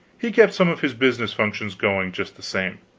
he kept some of his business functions going just the same.